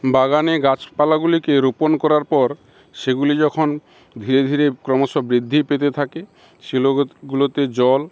বাগানে গাছপালাগুলিকে রোপন করার পর সেগুলি যখন ধীরে ধীরে ক্রমশ বৃদ্ধি পেতে থাকে গুলোতে জল